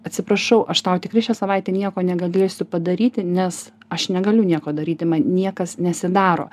atsiprašau aš tau tikrai šią savaitę nieko negalėsiu padaryti nes aš negaliu nieko daryti man niekas nesidaro